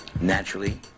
Naturally